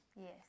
Yes